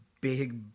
big